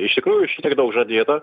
iš tikrųjų šitiek daug žadėta